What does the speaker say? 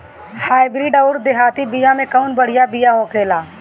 Hybrid अउर देहाती बिया मे कउन बढ़िया बिया होखेला?